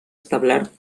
establert